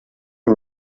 que